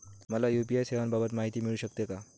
मला यू.पी.आय सेवांबाबत माहिती मिळू शकते का?